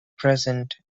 present